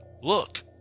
look